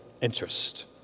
interest